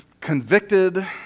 convicted